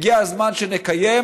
הגיע הזמן שנקיים